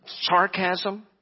sarcasm